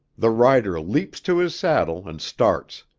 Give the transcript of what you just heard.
the rider leaps to his saddle and starts.